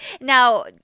Now